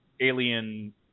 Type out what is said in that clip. alien